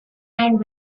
and